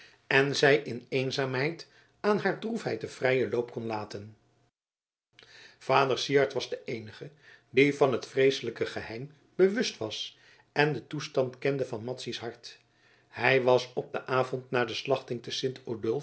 en zij in eenzaamheid aan haar droefheid den vrijen loop kon laten vader syard was de eenige die van het vreeselijke geheim bewust was en den toestand kende van madzy's hart hij was op den avond na de slachting